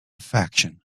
faction